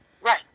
Right